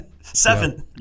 Seven